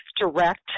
direct